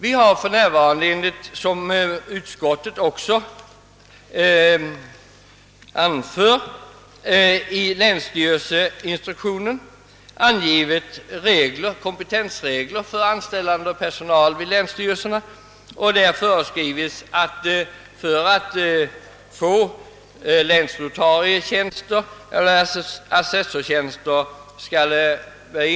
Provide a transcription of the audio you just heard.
Vi har för närvarande, som utskottet också anför, i länsstyrelseinstruktionen angivit kompetenskrav för anställande av personal vid länsstyrelserna. Där föreskrives juris kandidatexamen för länsnotarietjänster eller assessorstjänster.